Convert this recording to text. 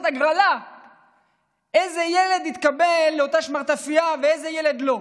הגרלה איזה ילד יתקבל לאותה שמרטפייה ואיזה ילד לא.